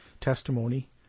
testimony